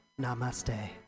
Namaste